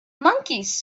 monkeys